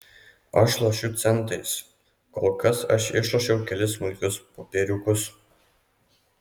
aš lošiu centais kol kas aš išlošiau kelis smulkius popieriukus